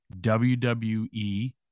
WWE